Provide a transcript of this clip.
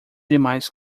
demais